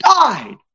died